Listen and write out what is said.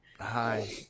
Hi